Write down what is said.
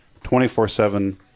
24-7